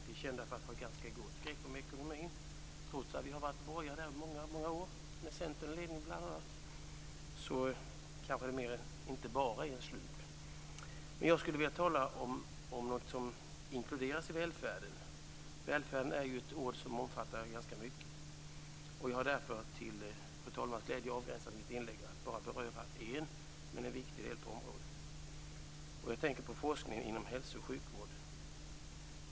Vi är kända för att ha ett ganska gott grepp om ekonomin, trots att det har varit borgare i ledningen i många år där - bl.a. Centern. Det är kanske inte bara en slump. Jag skulle vilja tala om något som inkluderas i välfärden. "Välfärd" är ett ord som omfattar ganska mycket. Jag har därför till fru talmans glädje begränsat mitt inlägg till att bara beröra en - men en viktig - del på området. Jag tänker på forskningen inom hälso och sjukvården.